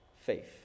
faith